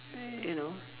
you know